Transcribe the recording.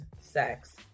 sex